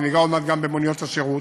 וניגע עוד מעט גם במוניות השירות,